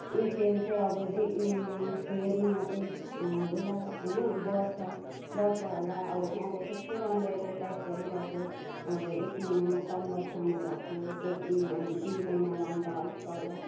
यो तेल चाहिँ अब देख्नुमा हेर्नुमा चाहिँ होला होइन बढ्छ बढ्छ होला अब त्यहाँ त कस्तो राम्रो एड्भर्टाइज गरिरहेको अब एक महिनामा कम्मरसम्म भएको एक दुई महिना लगाउँदा अलिक तल